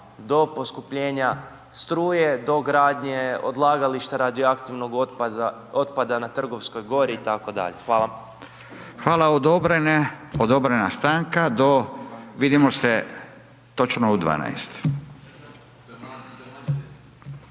do poskupljenja struje, do gradnje odlagališta radioaktivnog otpada na Trgovskoj gori itd.. Hvala. **Radin, Furio (Nezavisni)** Hvala. Odobrena stanka do, vidimo se točno u 12h.